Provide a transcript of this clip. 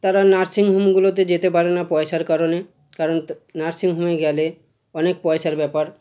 তারা নার্সিংহোমগুলোতে যেতে পারে না পয়সার কারণে কারণ তা নার্সিংহোমে গেলে অনেক পয়সার ব্যাপার